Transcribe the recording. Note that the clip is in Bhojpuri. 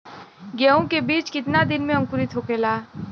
गेहूँ के बिज कितना दिन में अंकुरित होखेला?